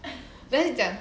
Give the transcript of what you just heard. then 他就讲